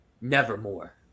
nevermore